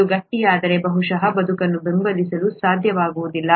ಅದು ಗಟ್ಟಿಯಾದರೆ ಬಹುಶಃ ಬದುಕನ್ನು ಬೆಂಬಲಿಸಲು ಸಾಧ್ಯವಾಗುವುದಿಲ್ಲ